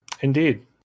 Indeed